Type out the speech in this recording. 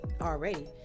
already